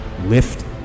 Lift